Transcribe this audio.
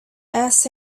asked